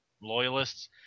loyalists